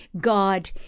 God